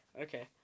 Okay